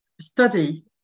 study